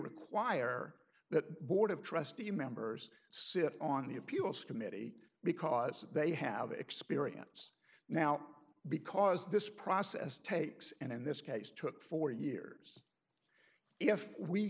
require that the board of trustees members sit on the appeals committee because they have experience now because this process takes and in this case took four years if we